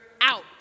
out